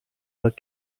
داد